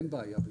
אין בעיה.